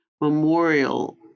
Memorial